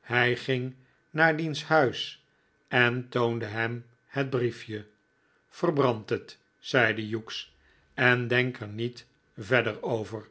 hij ging naar diens huis en toonde hem het briefje verbrand het zeide hughes en denk er niet verder over